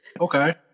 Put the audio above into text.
okay